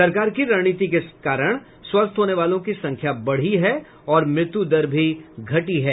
सरकार की रणनीति के कारण स्वस्थ होने वालों की संख्या बढी है और मृत्यू दर भी घटी है